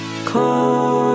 Call